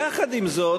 יחד עם זאת,